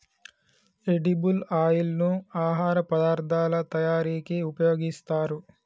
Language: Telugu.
ఎడిబుల్ ఆయిల్ ను ఆహార పదార్ధాల తయారీకి ఉపయోగిస్తారు